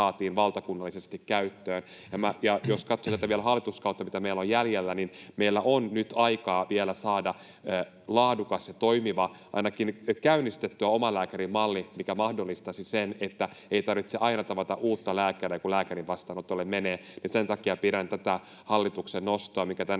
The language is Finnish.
valtakunnallisesti käyttöön. Ja jos katsoo hallituskautta, mitä meillä on vielä jäljellä, niin meillä on nyt aikaa vielä saada ainakin käynnistettyä laadukas ja toimiva omalääkärimalli, mikä mahdollistaisi sen, että ei tarvitse aina tavata uutta lääkäriä, kun lääkärin vastaanotolle menee. Sen takia pidän tätä hallituksen nostoa,